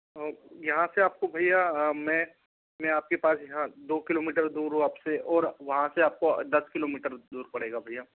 यहाँ से आपको भैया मैं मैं आपके पास यहाँ दो किलोमीटर दूर हूँ आपसे और वहाँ से आपको दस किलोमीटर दूर पड़ेगा भैया